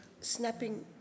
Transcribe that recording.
snapping